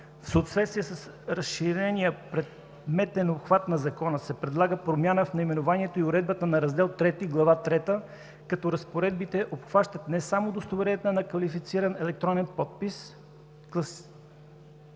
В съответствие с разширения предметен обхват на Закона се предлага промяна в наименованието и уредбата на Раздел III, Глава трета, като разпоредбите обхващат не само удостоверенията на квалифициран електронен подпис, а